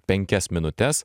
penkias minutes